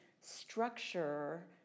structure